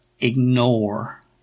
ignore